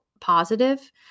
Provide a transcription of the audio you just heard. positive